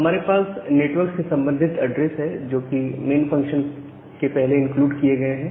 हमारे पास नेटवर्क से संबंधित एड्रेस है जो कि मेन फंक्शन के पहले इंक्लूड किए गए हैं